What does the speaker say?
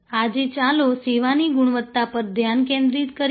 આજે ચાલો સેવાની ગુણવત્તા પર ધ્યાન કેન્દ્રિત કરીએ